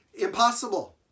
Impossible